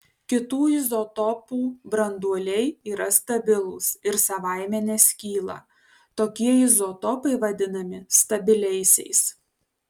kitų izotopų branduoliai yra stabilūs ir savaime neskyla tokie izotopai vadinami stabiliaisiais